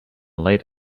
late